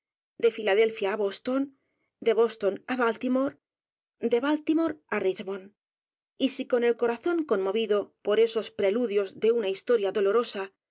de filadelfiaáboston de boston á baltimore de baltimore á richmond y si con el corazón conmovido por esos preludios de u n a historia dolorosa